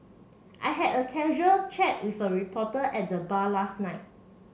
I had a casual chat with a reporter at the bar last night